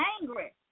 angry